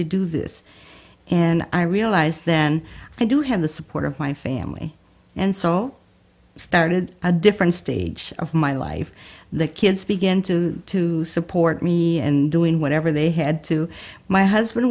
to do this and i realized then i do have the support of my family and so started a different stage of my life the kids began to to support me and doing whatever they had to my husband